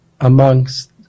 amongst